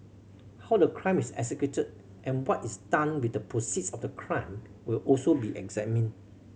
how the crime is executed and what is done with the proceeds of the crime will also be examined